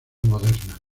moderna